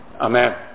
Amen